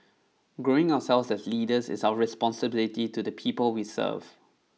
growing ourselves as leaders is our responsibility to the people we serve